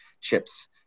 chips